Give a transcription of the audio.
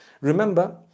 remember